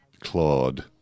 Claude